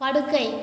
படுக்கை